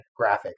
graphics